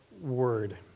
Word